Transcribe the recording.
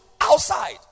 outside